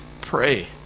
pray